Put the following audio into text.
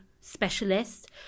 specialist